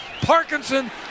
Parkinson